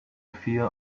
fear